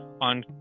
on